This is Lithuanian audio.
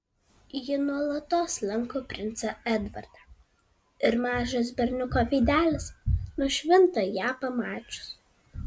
ji nuolatos lanko princą edvardą ir mažas berniuko veidelis nušvinta ją pamačius